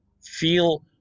feel